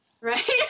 Right